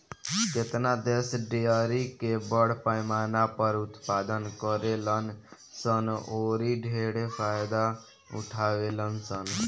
केतना देश डेयरी के बड़ पैमाना पर उत्पादन करेलन सन औरि ढेरे फायदा उठावेलन सन